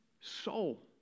soul